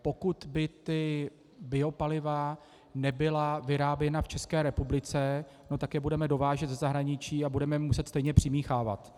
Pokud by biopaliva nebyla vyráběna v České republice, tak je budeme dovážet ze zahraničí a budeme je muset stejně přimíchávat.